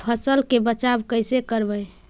फसल के बचाब कैसे करबय?